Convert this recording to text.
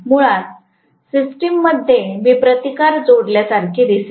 मुळात सिस्टीममध्ये मी प्रतिकार जोडल्यासारखे दिसेल